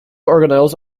organelles